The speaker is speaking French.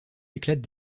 éclatent